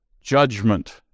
Judgment